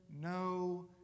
no